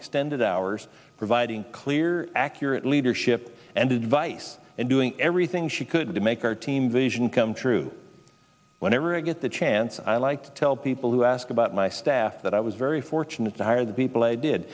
extended hours providing clear accurate leadership and advice and doing everything she could to make our team vision come true whenever i get the chance i like to tell people who ask about my staff that i was very fortunate to hire the people i did